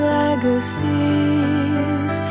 legacies